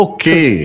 Okay